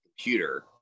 computer